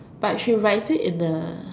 but she writes it in a